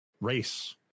race